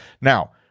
Now